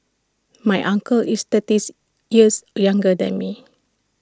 my uncle is thirties years younger than me